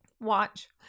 watch